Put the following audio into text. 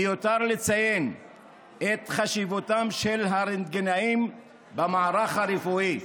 מיותר לציין את חשיבותם של הרנטגנאים במערך הרפואי.